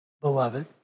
beloved